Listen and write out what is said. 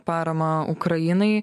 paramą ukrainai